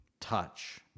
touch